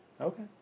Okay